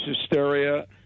hysteria